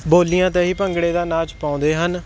ਬੋਲੀਆਂ 'ਤੇ ਹੀ ਭੰਗੜੇ ਦਾ ਨਾਚ ਪਾਉਂਦੇ ਹਨ